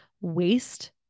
waste